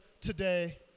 today